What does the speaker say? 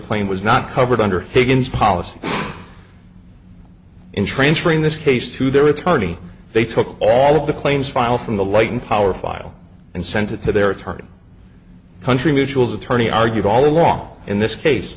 claim was not covered under higgins policy in transferring this case to their it's funny they took all of the claims file from the light and power file and sent it to their attorney country mutual's attorney argued all along in this case